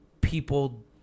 people